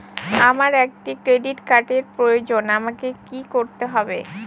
আমার একটি ক্রেডিট কার্ডের প্রয়োজন আমাকে কি করতে হবে?